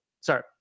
sorry